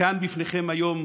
כאן בפניכם היום,